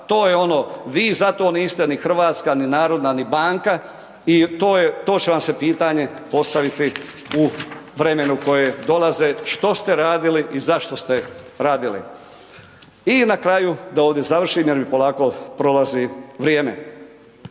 to je ono. Vi zato niste ni hrvatska, ni narodna, ni banka i to će vam se pitanje postaviti u vremenu koje dolazi što ste radili i za što ste radili. I na kraju da ovdje završim jer mi polako prolazi vrijeme.